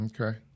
Okay